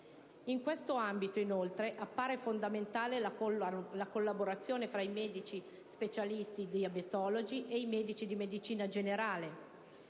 In questo ambito appare fondamentale la collaborazione tra i medici specialisti diabetologi ed i medici di medicina generale.